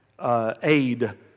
aid